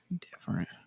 Different